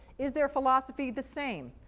is their philosophy the same?